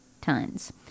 tons